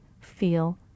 feel